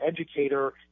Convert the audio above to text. educator